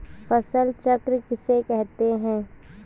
फसल चक्र किसे कहते हैं?